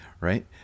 right